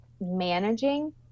managing